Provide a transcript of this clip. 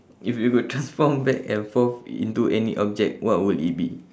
if you could transform back and forth into any object what would it be